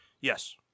Yes